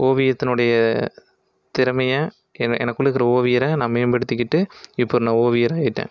ஓவியத்தினுடைய திறமையை என எனக்குள்ளே இருக்கிற ஓவியரை நான் மேம்படுத்திக்கிட்டு இப்போ நான் ஓவியராயிட்டேன்